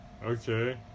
Okay